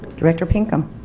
director pinkham.